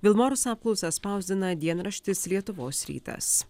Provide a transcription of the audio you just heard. vilmorus apklausą spausdina dienraštis lietuvos rytas